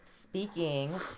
Speaking